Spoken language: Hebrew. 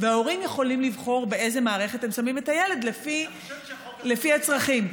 וההורים יכולים לבחור באיזו מערכת הם שמים את הילד לפי הצרכים.